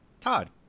Todd